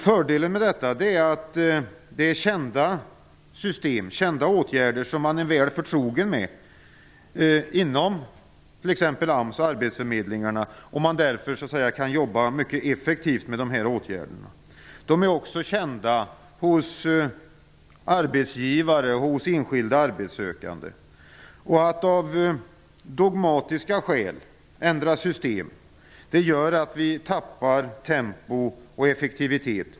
Fördelen med dessa är att de är kända. Man är väl förtrogen med dem t.ex. inom AMS och på arbetsförmedlingarna. Därför kan man arbeta mycket effektivt med dessa åtgärder. De är också kända av arbetsgivare och enskilda arbetssökande. Att av dogmatiska skäl ändra system gör att vi förlorar tempo och effektivitet.